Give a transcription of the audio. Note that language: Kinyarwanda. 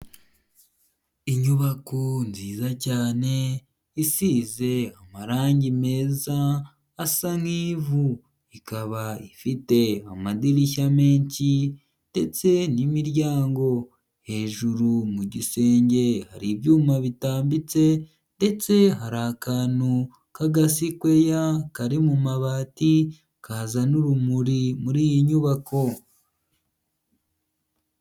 Inyubako nziza cyane isize amarangi meza asa nk'ivu ikaba ifite amadirishya menshi ndetse n'imiryango, hejuru mu gisenge hari ibyuma bitambitse ndetse hari akantu k'agasikweya kari mu mabati kazana urumuri muri iyi nyubako.